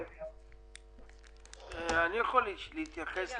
ה-default שלו הוא 1%. כשהוא עושה חיתום במסגרת עסקים עם ערבות מדינה,